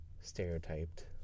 Stereotyped